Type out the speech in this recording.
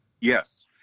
Yes